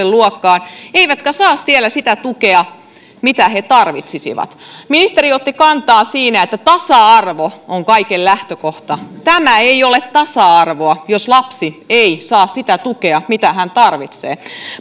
luokkaan eivätkä saa siellä sitä tukea mitä he tarvitsisivat ministeri otti kantaa siinä että tasa arvo on kaiken lähtökohta tämä ei ole tasa arvoa jos lapsi ei saa sitä tukea mitä hän tarvitsee